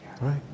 right